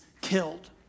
killed